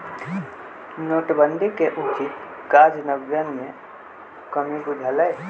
नोटबन्दि के उचित काजन्वयन में कम्मि बुझायल